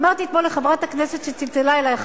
אמרתי אתמול לחברת הכנסת שצלצלה אלי,